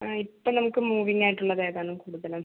ആ ഇപ്പം നമ്മക്ക് മൂവിംഗ് ആയിട്ട് ഉള്ളത് ഏത് ആണ് കൂടുതല്